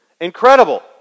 Incredible